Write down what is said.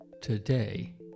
today